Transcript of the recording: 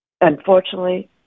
unfortunately